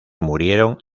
murieron